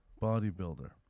bodybuilder